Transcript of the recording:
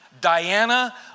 Diana